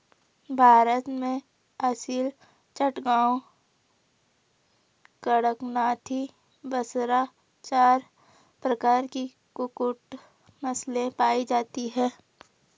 भारत में असील, चटगांव, कड़कनाथी, बसरा चार प्रकार की कुक्कुट नस्लें पाई जाती हैं